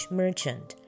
merchant